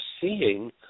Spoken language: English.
seeing